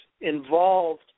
involved